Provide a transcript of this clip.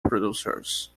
producers